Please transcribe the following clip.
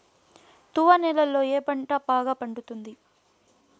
తువ్వ నేలలో ఏ పంట బాగా పండుతుంది?